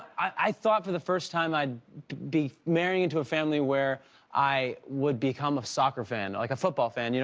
i thought for the first time i would be marrying into a family where i would become a stalker fan, like a food ball fan, you know